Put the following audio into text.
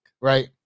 Right